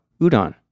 udon